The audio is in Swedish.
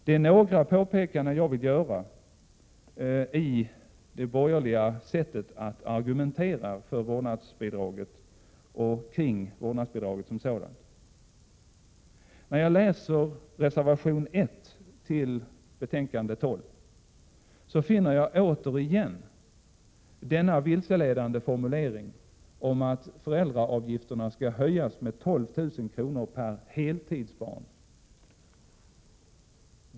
Det är några påpekanden jag vill göra beträffande det borgerliga sättet att argumentera för vårdnadsbidraget och kring vårdnadsbidraget som sådant. När jag läser reservation 1 till betänkandet 12 finner jag återigen denna vilseledande formulering om att föräldraavgifterna skall höjas med 12 000 kr. per heltidsbarn.